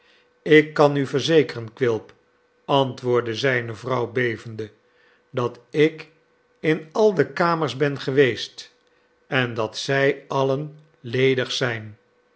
ik kan u verzekeren quilp antwoordde zijne vrouw bevende dat ik in al de kamers ben geweest en dat zij alien ledig zijn